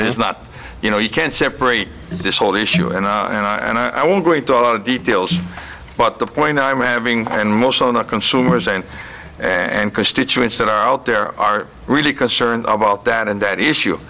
is not you know you can't separate this whole issue and i and i want great thought of details but the point i'm having and most are not consumers and and constituents that are out there are really concerned about that and that issue